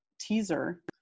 teaser